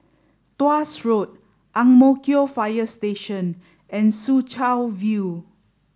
Tuas Road Ang Mo Kio Fire Station and Soo Chow View